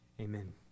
Amen